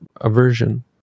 aversion